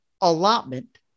allotment